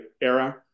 era